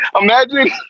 Imagine